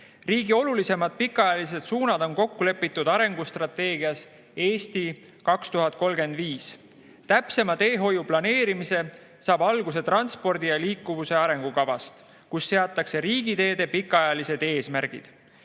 Riigi olulisemad pikaajalised suunad on kokku lepitud arengustrateegias "Eesti 2035". Täpsem teehoiu planeerimine saab alguse transpordi ja liikuvuse arengukavast, kus seatakse riigiteede pikaajalised eesmärgid. Kehtivas